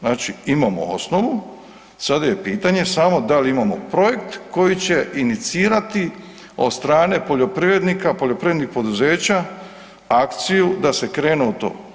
Znači imamo osnovu, sada je pitanje samo da li imamo projekt koji će inicirati od strane poljoprivrednika, poljoprivrednih poduzeća akciju da se krene u to.